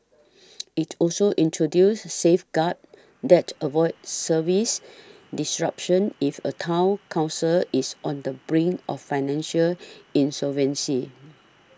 it also introduces safeguards that avoid service disruptions if a Town Council is on the brink of financial insolvency